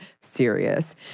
serious